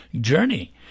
journey